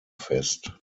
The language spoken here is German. fest